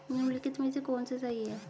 निम्नलिखित में से कौन सा सही है?